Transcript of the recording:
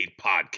Podcast